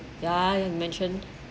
ya you mention